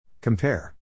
Compare